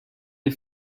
des